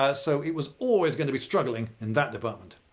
ah so it was always going to be struggling in that department.